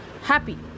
happy